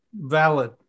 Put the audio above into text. valid